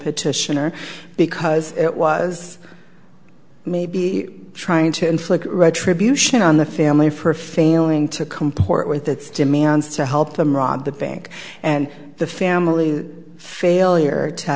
petitioner because it was may be trying to inflict retribution on the family for failing to comport with its demands to help them rob the bank and the family the failure to